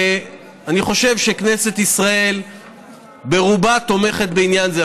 ואני חושב שכנסת ישראל ברובה תומכת בעניין זה.